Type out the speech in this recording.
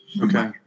okay